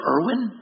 Irwin